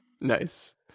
Nice